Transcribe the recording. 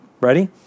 Ready